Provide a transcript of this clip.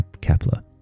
Kepler